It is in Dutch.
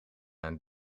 aan